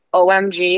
omg